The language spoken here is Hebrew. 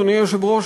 אדוני היושב-ראש,